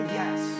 yes